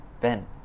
Ben